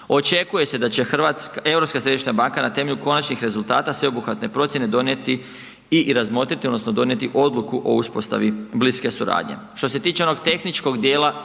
središnja banka na temelju konačnih rezultata sveobuhvatne procjene, donijeti i razmotriti odnosno donijeti odluku o uspostavi bliske suradnje. Što se tiče onog tehničkog djela,